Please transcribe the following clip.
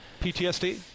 PTSD